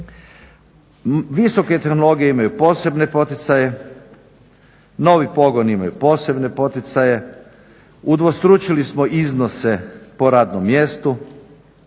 Visoke tehnologije imaju posebne poticaje, novi pogoni imaju posebne poticaje, udvostručili smo iznose po radnom mjestu